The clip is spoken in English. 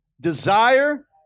Desire